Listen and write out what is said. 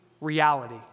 reality